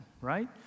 right